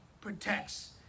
protects